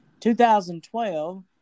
2012